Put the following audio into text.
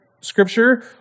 scripture